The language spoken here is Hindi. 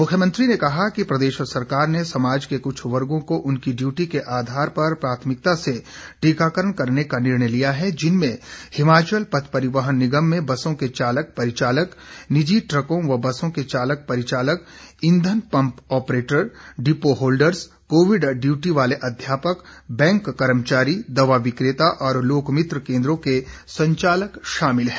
मुख्यमंत्री ने कहा कि प्रदेश सरकार ने समाज के कुछ वर्गो को उनकी डियूटी के आधार पर प्राथमिकता से टीकाकरण करने का निर्णय लिया है जिनमें हिमाचल पथ परिवहन निगम में बसों के चालक परिचालक निजी ट्रकों व बसों के चालक परिचालक इंधन pump operator depot holders covid duty वाले अध्यापक बैंक कर्मचारी दवा विकेता और लोकमित्र केंद्रों के संचालक शामिल हैं